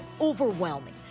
overwhelming